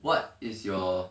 what is your